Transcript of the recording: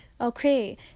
Okay